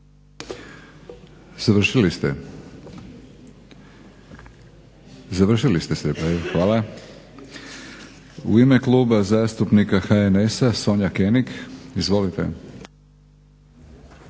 Završili se replikom? Hvala. U ime Kluba zastupnika HNS-a Sonja König. Izvolite.